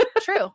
True